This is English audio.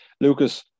Lucas